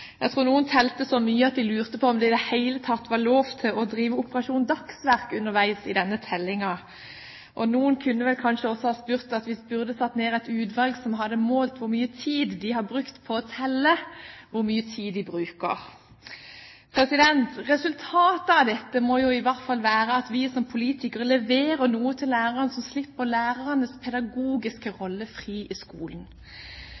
Jeg tror noen telte så mye at de lurte på om det i det hele tatt var lov til å drive Operasjon Dagsverk underveis i denne tellingen. Noen kunne vel kanskje også ha spurt om vi burde ha satt ned et utvalg som hadde målt hvor mye tid de har brukt på å telle hvor mye tid de bruker. Resultatet av dette må i hvert fall være at vi som politikere leverer noe til lærerne, så slippes lærernes pedagogiske